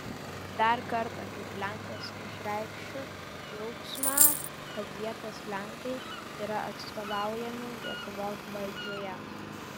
dar kartą kaip lenkas išreikšiu džiaugsmą kad vietos lenkai yra atstovaujami lietuvos valdžioje